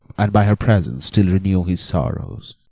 and by her presence still renew his sorrows.